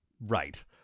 Right